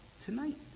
tonight